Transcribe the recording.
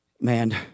Man